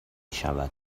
شود